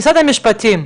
משרד המשפטים,